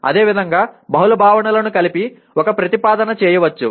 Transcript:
అదేవిధంగా బహుళ భావనలను కలిపి ఒక ప్రతిపాదన చేయవచ్చు